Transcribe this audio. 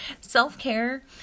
Self-care